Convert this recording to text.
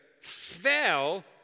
fell